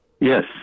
Yes